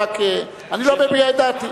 אני לא מביע את דעתי.